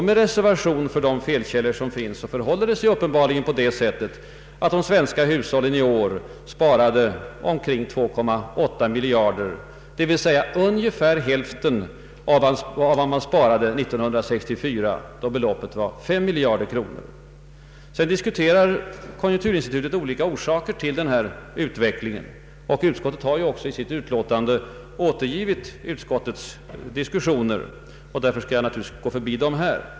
Med reservation för de felkällor som finns förhåller det sig uppenbarligen på det sättet att de svenska hushållen år 1969 sparade omkring 2,8 miljarder kronor, d. v. s. ungefär hälften av vad man sparade 1964, då beloppet var 5 miljarder kronor. Konjunkturinstitutet diskuterar olika orsaker till denna utveckling, och utskottet har ju i sitt betänkande återgivit sin diskussion. Därför skall jag förbigå den här.